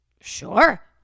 Sure